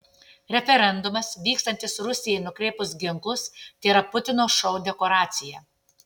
referendumas vykstantis rusijai nukreipus ginklus tėra putino šou dekoracija